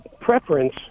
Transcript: preference